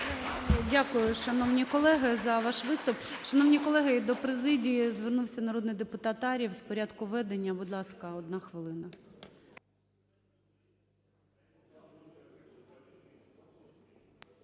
Дякую, шановний колего, за ваш виступ. Шановні колеги, до президії звернувся народний депутат Ар'єв з порядку ведення. Будь ласка, одна хвилина.